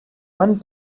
one